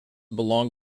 belong